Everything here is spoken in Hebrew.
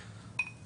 תודה.